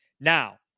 Now